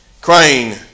crying